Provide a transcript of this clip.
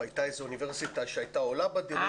הייתה איזה אוניברסיטה שהייתה עולה בדירוג,